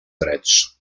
drets